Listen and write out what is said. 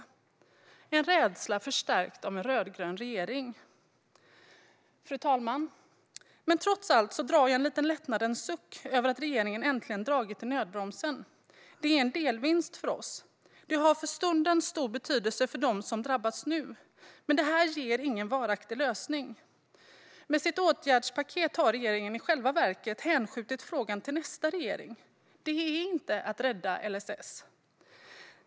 Denna rädsla förstärks av den rödgröna regeringen. Fru talman! Trots allt drar jag en lättnadens suck över att regeringen äntligen dragit i nödbromsen. Det är en delvinst för oss, och det har för stunden stor betydelse för dem som drabbas nu. Men detta ger ingen varaktig lösning. Med sitt åtgärdspaket har regeringen i själva verket hänskjutit frågan till nästa regering. Det är inte att rädda LSS.